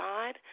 God